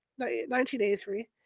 1983